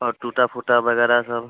और टूटा फूटा वगैरह सब